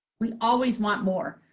we always want more.